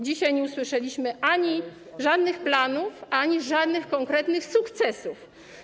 Dzisiaj nie usłyszeliśmy ani o żadnych planach, ani o żadnych konkretnych sukcesach.